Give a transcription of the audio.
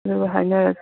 ꯑꯗꯨꯒ ꯍꯥꯏꯅꯔꯁꯤ